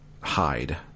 hide